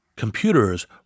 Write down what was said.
Computers